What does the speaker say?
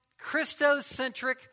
Christocentric